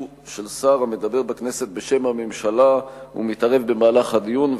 של שר המדבר בכנסת בשם הממשלה ומתערב במהלך הדיון,